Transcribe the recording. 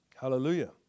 Hallelujah